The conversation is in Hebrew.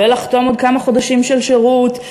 ולחתום עוד כמה חודשים של שירות,